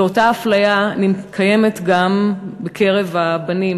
ואותה אפליה קיימת גם בקרב הבנים,